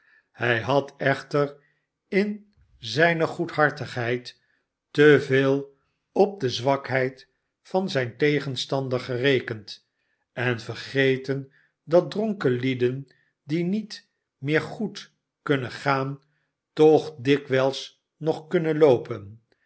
hij had echter inzijce goedhartigheid te veel op de zwakheid van zijn tegenstander gere kend en vergeten dat dronken lieden die niet meer goed kunnen gaan toch dikwijls nog kunnen loopen